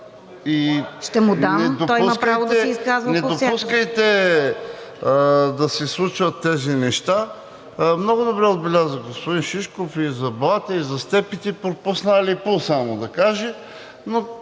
Ще му дам, той има право да се изказва по всяко...